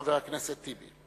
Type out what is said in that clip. חבר הכנסת טיבי.